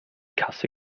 kasse